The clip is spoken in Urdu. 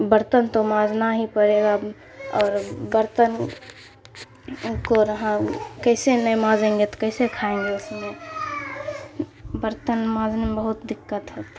برتن تو مانجھنا ہی پرے گا اور برتن کو رہاں کیسے نہیں مانجھیں گے تو کیسے کھائیں گے اس میں برتن مانجھنے میں بہت دقت